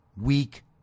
weak